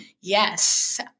Yes